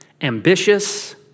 ambitious